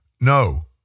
no